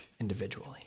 individually